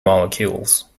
molecules